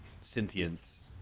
sentience